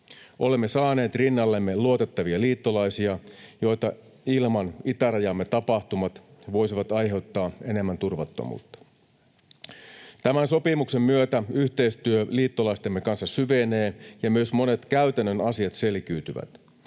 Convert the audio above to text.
Olemme saaneet rinnallemme luotettavia liittolaisia, joita ilman itärajamme tapahtumat voisivat aiheuttaa enemmän turvattomuutta. Tämän sopimuksen myötä yhteistyö liittolaistemme kanssa syvenee ja myös monet käytännön asiat selkiytyvät.